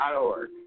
org